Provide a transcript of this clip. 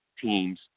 teams